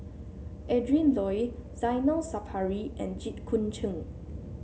Adrin Loi Zainal Sapari and Jit Koon Ch'ng